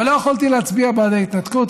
לא יכולתי להצביע בעד ההתנתקות.